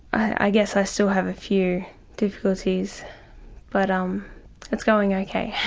i guess i still have a few difficulties but um it's going okay.